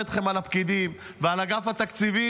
אני מדבר איתכם על הפקידים ועל אגף התקציבים,